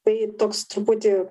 tai toks truputį